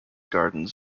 gardens